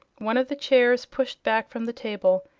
one of the chairs pushed back from the table,